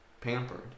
pampered